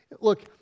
look